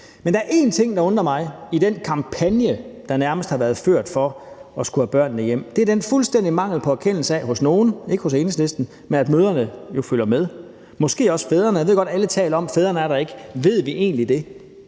Men der er én ting, der undrer mig i den kampagne, der nærmest har været ført for at skulle have børnene hjem, og det er den fuldstændige mangel på erkendelse af, hos nogle, ikke hos Enhedslisten, at mødrene jo følger med – og måske også fædrene. Jeg ved godt, at alle taler om, at fædrene ikke er der. Ved vi egentlig det?